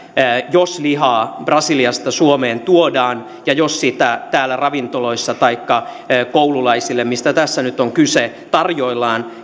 jos lihaa brasiliasta suomeen tuodaan ja jos sitä täällä ravintoloissa taikka koululaisille mistä tässä nyt on kyse tarjoillaan